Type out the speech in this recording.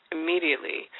immediately